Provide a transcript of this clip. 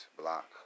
block